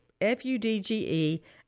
F-U-D-G-E